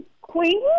queen